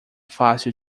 fácil